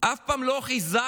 שאף פעם לא חיזקנו,